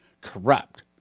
corrupt